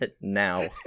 now